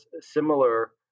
similar